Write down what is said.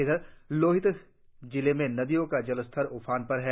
उधर लोहित जिले में नदियों का जलस्तर ऊफान पर है